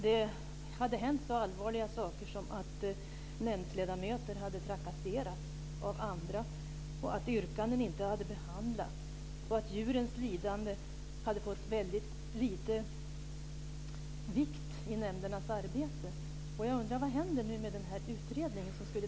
Det hade hänt så allvarliga saker som att nämndsledamöter hade trakasserats av andra, att yrkanden inte hade behandlats och att djurens lidande hade fått väldigt liten vikt i nämndernas arbete.